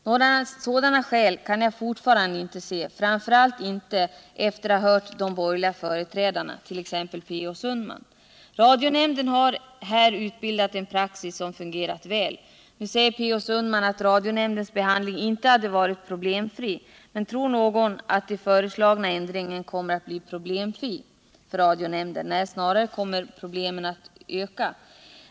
Några sådana skäl kan jag fortfarande inte se, framför allt inte efter att ha hört de borgerliga företrädarna, t.ex. Per Olof Sundman. Radionämnden har här utbildat en praxis som fungerat väl. Nu sade Per Olof Sundman att radionämndens behandling inte hade varit problemfri. Men tror då någon att den föreslagna ändringen kommer att bli problemfri för radionämnden? Nej, snarare kommer problemen att öka.